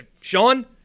Sean